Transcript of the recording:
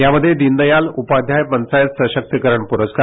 यामध्ये दोनदयाल उचार्याय पंचावत सशकीकरण प्रस्कार